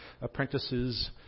apprentices